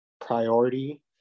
priority